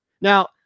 Now